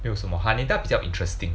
没有什么 Haneda 比较 interesting